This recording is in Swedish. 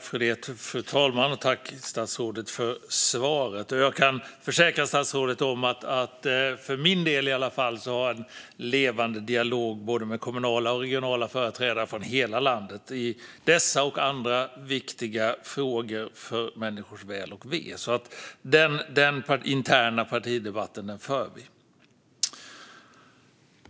Fru talman! Tack, statsrådet, för svaret! Jag kan försäkra statsrådet att i alla fall jag för en levande dialog med både kommunala och regionala företrädare från hela landet i dessa och andra viktiga frågor för människors väl och ve, så den interna partidebatten för vi.